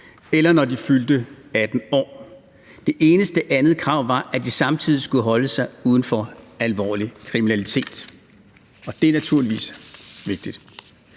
eller når de fyldte 18 år. Det eneste andet krav var, at de samtidig skulle holde sig uden for alvorlig kriminalitet, og det er naturligvis vigtigt.